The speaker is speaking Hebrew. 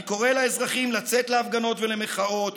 אני קורא לאזרחים לצאת להפגנות ולמחאות,